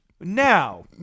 Now